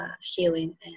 healing